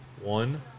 One